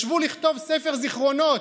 ישבו לכתוב ספר זיכרונות.